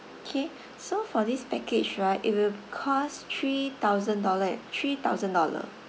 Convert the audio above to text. K so for this package right it will cost three thousand dollar and three thousand dollar